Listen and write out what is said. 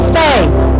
faith